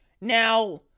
Now